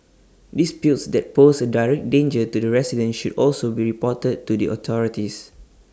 disputes that pose A direct danger to the residents should also be reported to the authorities